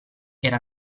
era